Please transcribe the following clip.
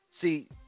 See